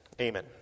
Amen